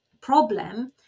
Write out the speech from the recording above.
problem